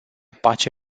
pace